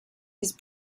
his